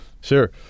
Sure